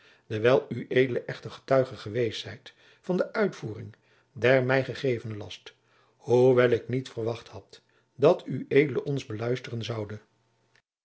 dewijl ued echter getuige geweest zijt van de uitvoering der mij gegeven last hoewel ik niet verwacht had dat ued ons beluisteren zoude